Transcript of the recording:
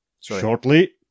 Shortly